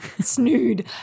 snood